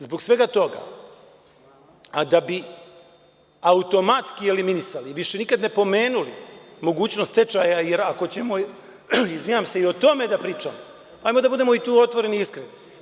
Zbog svega toga, a da bi automatski eliminisali, više nikad ne pomenuli mogućnost stečaja, ako ćemo i o tome da pričamo, ajmo da budemo i tu otvoreni i iskreni.